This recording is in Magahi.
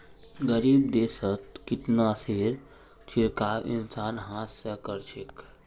गरीब देशत कीटनाशकेर छिड़काव इंसान हाथ स कर छेक